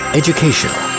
educational